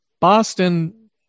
Boston